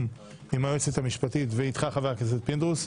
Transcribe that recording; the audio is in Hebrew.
עם היועצת המשפטית ואיתך חבר הכנסת פינדרוס,